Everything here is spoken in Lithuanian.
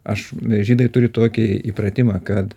aš žydai turi tokį įpratimą kad